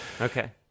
Okay